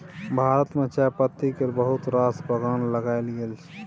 भारत मे चायपत्ती केर बहुत रास बगान लगाएल गेल छै